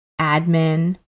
admin